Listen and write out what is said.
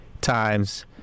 times